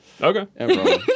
Okay